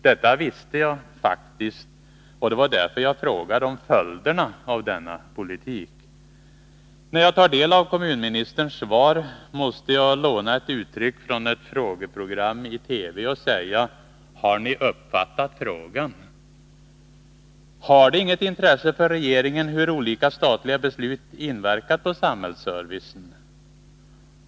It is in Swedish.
Detta visste jag faktiskt — det var därför jag frågade om följderna av denna politik. När jag tar del av kommunministerns svar måste jag låna ett uttryck från ett frågeprogram i TV och säga: ”Har ni uppfattat frågan?” Har det inget intresse för regeringen hur olika statliga beslut inverkat på samhällsservicen?